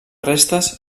restes